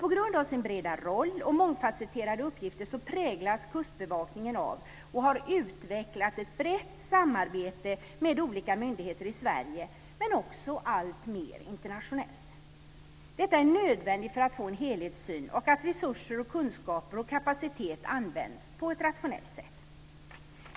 På grund av dess breda roll och mångfasetterade uppgifter präglas Kustbevakningen av och har utvecklat ett brett samarbete med olika myndigheter i Sverige men också alltmer internationellt. Detta är nödvändigt för att få en helhetssyn och för att resurser, kunskaper och kapacitet ska användas på ett rationellt sätt.